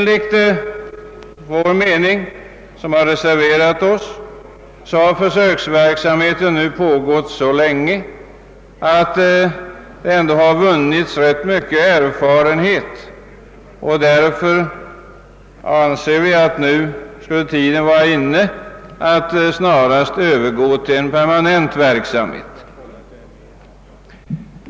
Vi som reserverat oss har den uppfattningen att försöksverksamheten nu pågått så länge att rätt stor erfarenhet har kunnat vinnas. Därför anser vi att tiden borde vara inne att snarast övergå till en permanent verksamhet.